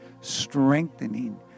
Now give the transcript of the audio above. strengthening